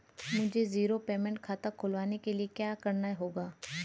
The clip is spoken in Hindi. मुझे जीरो पेमेंट खाता खुलवाने के लिए क्या करना होगा?